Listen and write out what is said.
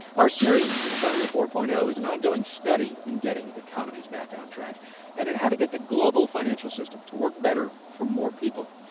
our series, economy four point zero, is an ongoing study in getting economies back on track and in how to get the global financial system to work better for more people.